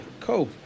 Cool